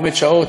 עומד שעות,